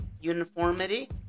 uniformity